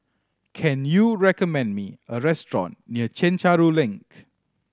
can you recommend me a restaurant near Chencharu Link